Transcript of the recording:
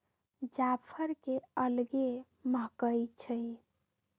जाफर के अलगे महकइ छइ